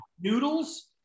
Noodles